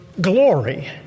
glory